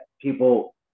people